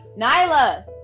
Nyla